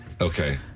Okay